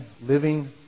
living